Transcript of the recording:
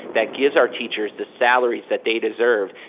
that gives our teachers the salaries that they deserve.